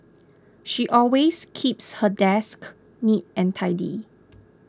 she always keeps her desk neat and tidy